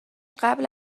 قبل